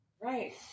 right